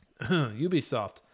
Ubisoft